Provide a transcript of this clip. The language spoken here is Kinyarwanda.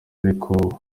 ariko